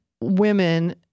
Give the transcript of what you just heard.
women